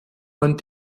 man